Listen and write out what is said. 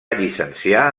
llicenciar